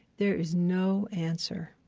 there is no answer.